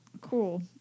Cool